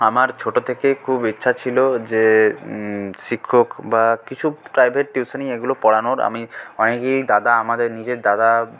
আমার ছোটো থেকে খুব ইচ্ছা ছিল যে শিক্ষক বা কিছু প্রাইভেট টিউশনি এগুলো পড়ানোর আমি অনেকেই দাদা আমাদের নিজের দাদা